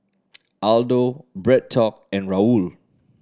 Aldo BreadTalk and Raoul